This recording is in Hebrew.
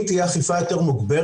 אם תהיה אכיפה יותר מוגברת,